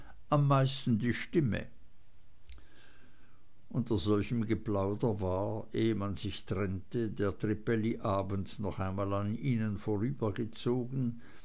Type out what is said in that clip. am meisten die stimme unter solchem geplauder war ehe man sich trennte der trippelli abend noch einmal an ihnen vorübergezogen